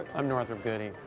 i'm northrop goody.